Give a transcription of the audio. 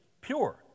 pure